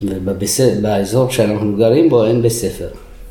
באזור שאנחנו גרים בו אין בית ספר.